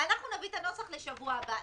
נביא את הנוסח לשבוע הבא,